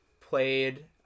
played